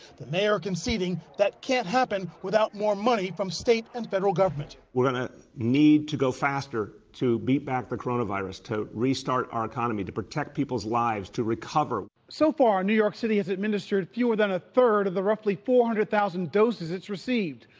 the mayor conceding that can't happen without more money from state and federal government we're going to need to go faster to beat back the coronavirus to restart our economy. to protect people's lives. to recover reporter so far, new york city has administered fewer than a third of the roughly four hundred thousand doses it's received.